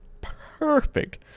perfect